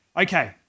Okay